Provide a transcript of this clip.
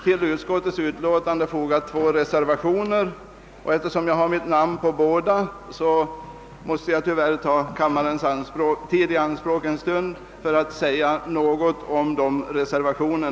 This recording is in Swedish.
Till utskottets utlåtande är dock fogade två reservationer, och eftersom jag har mitt namn på båda, måste jag tyvärr ta kammarens tid i anspråk en stund för att säga något om dessa reservationer.